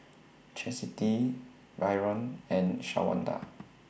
Chastity Brion and Shawnda